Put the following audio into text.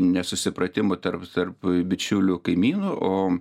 nesusipratimų tarp tarp bičiulių kaimynų o